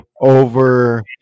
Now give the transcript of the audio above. over